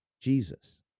Jesus